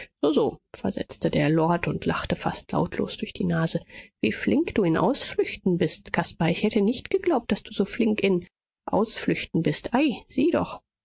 so versetzte der lord und lachte fast lautlos durch die nase wie flink du in ausflüchten bist caspar ich hätte nicht geglaubt daß du so flink in ausflüchten bist ei sieh doch